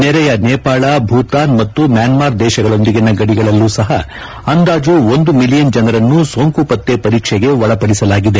ನೆರೆಯ ನೇಪಾಳ ಭೂತಾನ್ ಮತ್ತು ಮ್ಯಾನ್ಮಾರ್ ದೇಶಗಳೊಂದಿಗಿನ ಗಡಿಗಳಲ್ಲೂ ಸಹ ಅಂದಾಜು ಒಂದು ಮಿಲಿಯನ್ ಜನರನ್ನು ಸೋಂಕುಪತ್ತೆ ಪರೀಕ್ಷೆಗೆ ಒಳಪಡಿಸಲಾಗಿದೆ